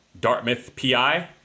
DartmouthPI